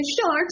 short